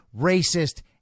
racist